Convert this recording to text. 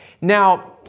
Now